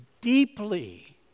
deeply